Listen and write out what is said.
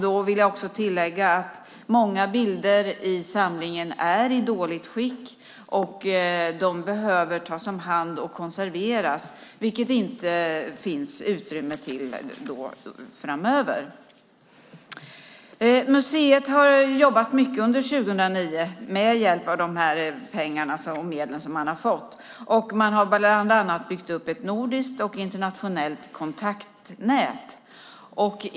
Då vill jag också tillägga att många bilder i samlingen är i dåligt skick, och de behöver tas om hand och konserveras, vilket det inte finns möjlighet till framöver. Museet har jobbat mycket under 2009 med hjälp av pengar som man har fått. Man har bland annat byggt upp ett nordiskt och internationellt kontaktnät.